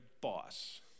boss